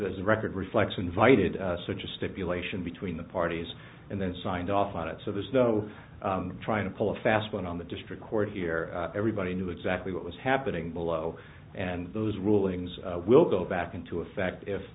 the record reflects invited such a stipulation between the parties and then signed off on it so there's no trying to pull a fast one on the district court here everybody knew exactly what was happening below and those rulings will go back into effect if